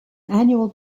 annual